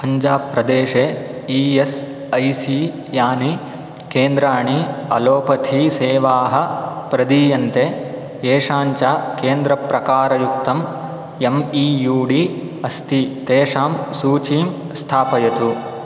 पञ्जाब् प्रदेशे E S I C यानि केन्द्राणि अलोपथी सेवाः प्रदीयन्ते येषां च केन्द्रप्रकारयुक्तं एम् ई यू डी अस्ति तेषां सूचीं स्थापयतु